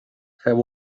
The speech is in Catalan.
feu